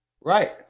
Right